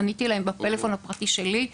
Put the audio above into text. עניתי להם בפלאפון הפרטי שלי.